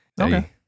Okay